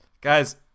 Guys